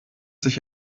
sich